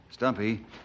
Stumpy